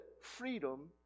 freedom